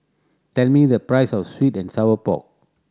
tell me the price of sweet and sour pork